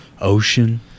ocean